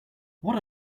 what